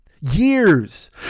years